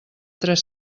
tres